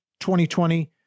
2020